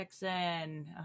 Jackson